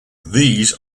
these